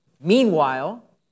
Meanwhile